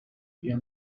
بیا